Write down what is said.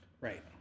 Right